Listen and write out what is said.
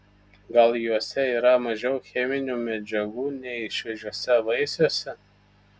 gal juose yra mažiau cheminių medžiagų nei šviežiuose vaisiuose